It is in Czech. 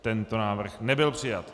Tento návrh nebyl přijat.